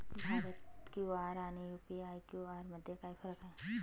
Bharat QR आणि UPI QR मध्ये काय फरक आहे?